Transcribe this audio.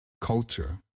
culture